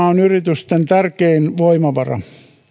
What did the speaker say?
on yritysten tärkein voimavara